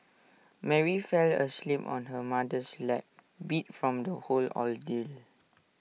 Mary fell asleep on her mother's lap beat from the whole ordeal